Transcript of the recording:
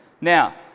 Now